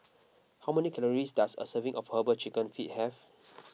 how many calories does a serving of Herbal Chicken Feet have